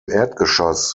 erdgeschoss